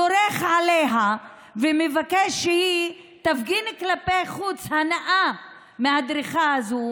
דורך עליה ומבקש שהיא תפגין כלפי חוץ הנאה מהדריכה הזו,